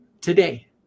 today